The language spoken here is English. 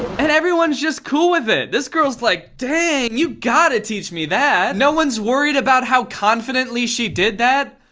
and everyone's just cool with it. this girl's like, dang, you gotta teach me that. no one's worried about how confidently she did that?